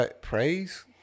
Praise